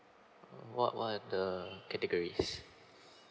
what what the categories